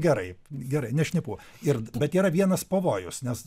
gerai gerai ne šnipų ir bet yra vienas pavojus nes